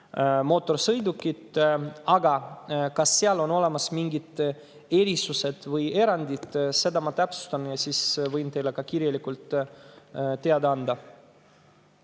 mootorsõidukid. Aga kas seal on mingid erisused või erandid, seda ma täpsustan ja siis võin teile kirjalikult teada anda.